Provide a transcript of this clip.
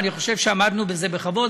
ואני חושב שעמדנו בזה בכבוד.